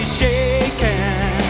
shaken